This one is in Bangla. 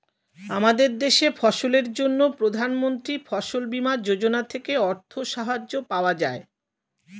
আমাদের দেশে ফসলের জন্য প্রধানমন্ত্রী ফসল বীমা যোজনা থেকে অর্থ সাহায্য পাওয়া যায়